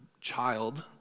child